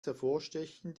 hervorstechend